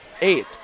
eight